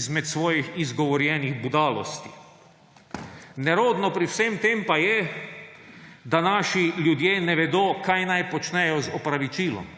izmed svojih izgovorjenih budalosti. Nerodno pri vsem tem pa je, da naši ljudje ne vedo, kaj naj počnejo z opravičilom.